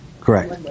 Correct